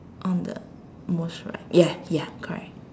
on the most right ya ya correct